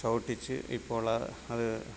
ചവിട്ടിച്ച് ഇപ്പോൾ അത്